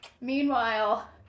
Meanwhile